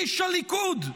איש הליכוד?